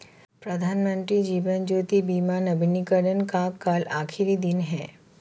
प्रधानमंत्री जीवन ज्योति बीमा नवीनीकरण का कल आखिरी दिन है